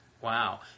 Wow